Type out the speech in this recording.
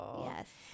Yes